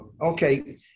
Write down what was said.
Okay